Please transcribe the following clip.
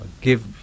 give